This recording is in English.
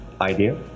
idea